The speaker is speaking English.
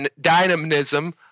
dynamism